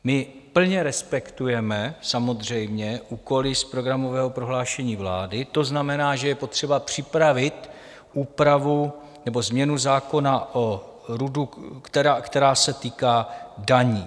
My plně respektujeme samozřejmě úkoly z programového prohlášení vlády, to znamená, že je potřeba připravit úpravu nebo změnu zákona o RUDu, která se týká daní.